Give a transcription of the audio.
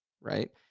right